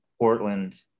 Portland